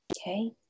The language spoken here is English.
Okay